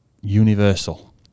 universal